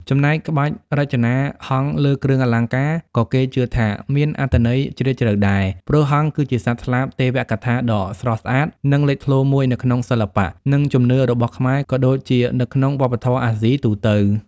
ចំណែក ក្បាច់រចនាហង្សលើគ្រឿងអលង្ការក៏គេជឿថាមានអត្ថន័យជ្រាលជ្រៅដែរ ព្រោះហង្ស គឺជាសត្វស្លាបទេវកថាដ៏ស្រស់ស្អាត និងលេចធ្លោមួយនៅក្នុងសិល្បៈ និងជំនឿរបស់ខ្មែរ ក៏ដូចជានៅក្នុងវប្បធម៌អាស៊ីជាទូទៅ។